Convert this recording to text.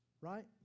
right